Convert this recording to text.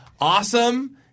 awesome